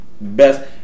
Best